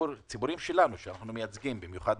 הציבורים שאנו מייצגים, במיוחד